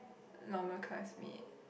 normal classmate